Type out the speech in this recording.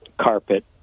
carpet